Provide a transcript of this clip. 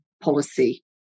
policy